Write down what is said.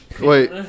Wait